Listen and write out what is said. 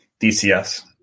DCS